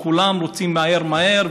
שכולם רוצים מהר מהר,